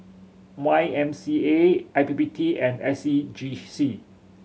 Y M C A I P P T and S C G C